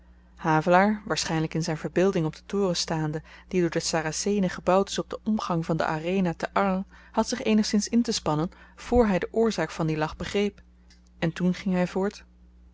havelaar waarschynlyk in zyn verbeelding op den toren staande die door de saracenen gebouwd is op den omgang van de arena te arles had zich eenigszins intespannen voor hy de oorzaak van dien lach begreep en toen ging hy voort